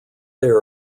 there